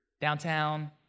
downtown